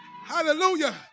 Hallelujah